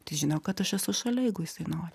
tai žino kad aš esu šalia jeigu jisai nori